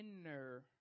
inner